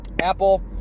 Apple